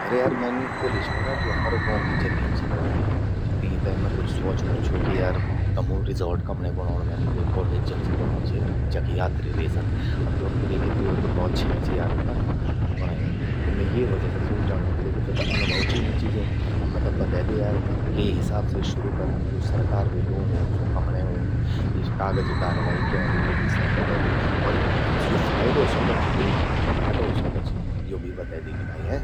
अरे यार मैन ब्वोलि छो ना ज्वो हमरि गौं कि जमीन चि पड़्यीं, ती तें मैं कुछ स्वोचणू छओ कि यार तमू रिसॉर्ट कमण्ये कणौंण मैन। कॉटेज जन सि बणौण छे। जख यात्रि रे सक। अब द्योख किले कि त्योरु तौ छें चि यार ना बणयूं। त मैं ये वजह से छो जण्णूं किले कि त्वेते अनुभव चि यूं चीजो। अ मेते बतै द्ये यार कि के हिसाब से शुरू कन्न, द्वो सरकार बे लोन ऊंद स्वो कमण्ये ऊंद। यि कागजि कार्रवाई क्या व्हंदि, यो सब बतै द्ये। और यो फायदो सौदा चि कि घाटो सौदा चि यो भि बतै दीनी भाई हैं।